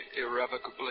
irrevocably